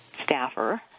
staffer